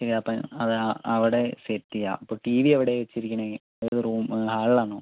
ശരി അപ്പം അത് അവിടെ സെറ്റ് ചെയ്യാം ഇപ്പം ടി വി എവിടെ വെച്ചിരിക്കണേ ഏത് റൂമ് ഹാളിൽ ആണോ